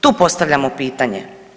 Tu postavljamo pitanje.